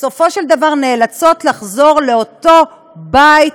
בסופו של דבר נאלצות לחזור לאותו בית,